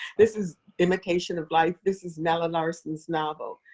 this is imitation of life. this is nella larson's novel,